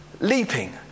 Leaping